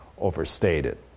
overstated